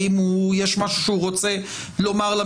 האם יש משהו שהוא רוצה לומר?